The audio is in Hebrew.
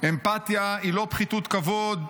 אמפתיה היא לא פחיתות כבוד,